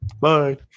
bye